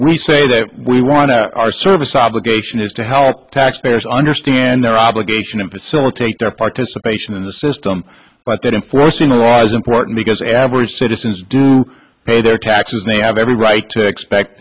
we say that we want to our service obligation is to help taxpayers understand their obligation and facilitate their participation in the system but that in forcing law is important because average citizens do pay their taxes may have every right to expect